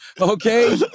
okay